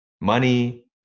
money